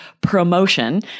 promotion